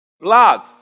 blood